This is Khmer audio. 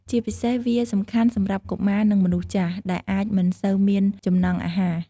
ជាពិសេសវាសំខាន់សម្រាប់កុមារ និងមនុស្សចាស់ ដែលអាចមិនសូវមានចំណង់អាហារ។